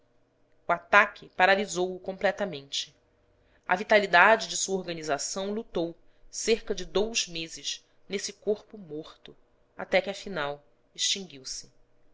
o ataque paralisou o completamente a vitalidade de sua organização lutou cerca de dous meses nesse corpo morto até que afinal extinguiu-se